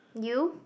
you